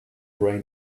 brain